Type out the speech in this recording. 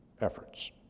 efforts